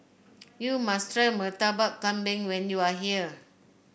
you must try Murtabak Kambing when you are here